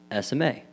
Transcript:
SMA